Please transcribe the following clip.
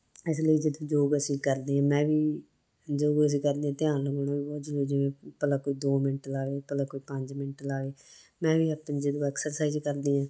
ਇਸ ਲਈ ਜਦੋਂ ਯੋਗ ਅਸੀਂ ਕਰਦੇ ਹਾਂ ਮੈਂ ਵੀ ਯੋਗ ਅਸੀਂ ਕਰਦੇ ਧਿਆਨ ਲਗਾਉਣਾ ਵੀ ਬਹੁਤ ਜ਼ਰੂਰੀ ਜਿਵੇਂ ਭਲਾ ਕੋਈ ਦੋ ਮਿੰਟ ਲਾਏ ਭਲਾ ਕੋਈ ਪੰਜ ਮਿੰਟ ਲਾਏ ਮੈਂ ਵੀ ਆਪਣੀ ਜਦੋਂ ਐਕਸਰਸਾਈਜ ਕਰਦੀ ਹਾਂ